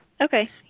Okay